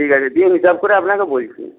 ঠিক আছে দিয়ে হিসাব করে আপনাকে বলছি